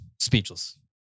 speechless